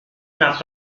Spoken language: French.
n’as